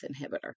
inhibitor